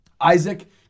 Isaac